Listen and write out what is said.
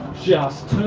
just.